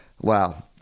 wow